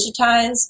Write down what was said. digitize